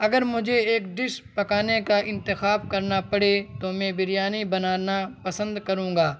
اگر مجھے ایک ڈش پکانے کا انتخاب کرنا پڑے تو میں بریانی بنانا پسند کروں گا